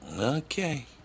Okay